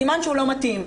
סימן שהוא לא מתאים.